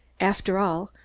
after all,